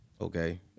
Okay